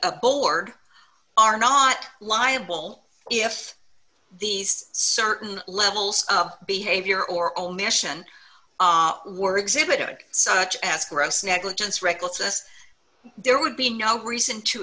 a board are not liable if these certain levels of behavior or omission were exhibiting such as gross negligence recklessness there would be no reason to